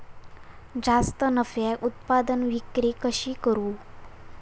जास्त नफ्याक उत्पादन विक्री कशी करू?